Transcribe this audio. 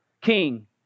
king